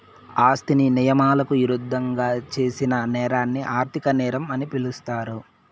ఆస్తిని నియమాలకు ఇరుద్దంగా చేసిన నేరాన్ని ఆర్థిక నేరం అని పిలుస్తారు